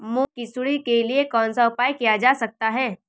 मूंग की सुंडी के लिए कौन सा उपाय किया जा सकता है?